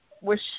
wish